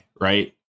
right